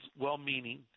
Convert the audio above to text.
well-meaning